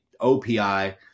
OPI